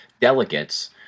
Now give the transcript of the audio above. delegates